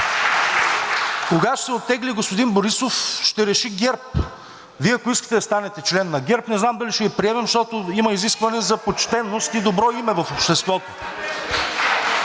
кога ще се оттегли господин Борисов, ще реши ГЕРБ. Вие, ако искате да станете член на ГЕРБ – не знам дали ще Ви приемат, защото има изискване за почтеност и добро име в обществото.